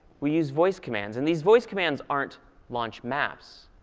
we use voice commands. and these voice commands aren't launch maps.